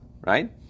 right